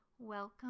welcome